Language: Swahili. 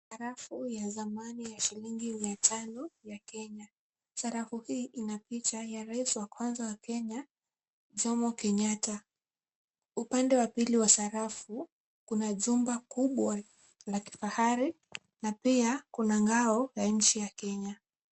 Sarafu ya zamani ya shillingi mia tano ya Kenya, sarafu hii ina picha ya rais wa kwanza wa Kenya, Jomo Kenyatta, upande wa pili wa sarafu kuna jumba kubwa la kifahari na pia kuna ngao ya inchi ya Kenya.